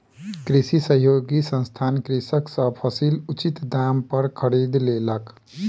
कृषि सहयोगी संस्थान कृषक सॅ फसील उचित दाम पर खरीद लेलक